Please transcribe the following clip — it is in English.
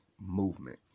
movement